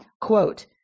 quote